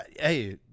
Hey